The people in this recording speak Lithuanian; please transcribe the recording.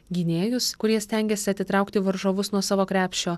gynėjus kurie stengiasi atitraukti varžovus nuo savo krepšio